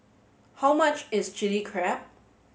how much is Chili Crab